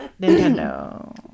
Nintendo